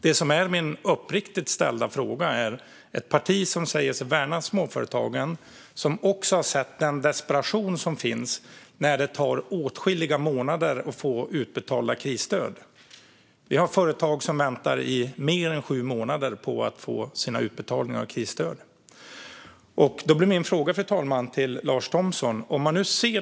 Jag vill ställa en uppriktig fråga till ett parti som säger sig värna småföretagen och som också har sett desperationen över att det tar åtskilliga månader att få krisstöd utbetalda. Det finns företag som har väntat i mer än sju månader på att få sina krisstöd utbetalda. Fru talman! Min fråga till Lars Thomsson gäller det problem som man nu ser.